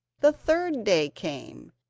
the third day came,